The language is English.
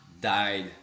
died